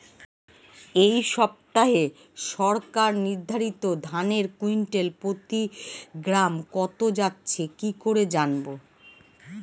এই সপ্তাহে সরকার নির্ধারিত ধানের কুইন্টাল প্রতি দাম কত যাচ্ছে কি করে জানবো?